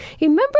Remember